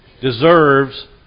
deserves